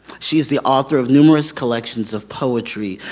she is the author of numerous collections of poetry,